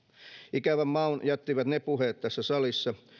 ikävän maun jättivät ne puheet tässä salissa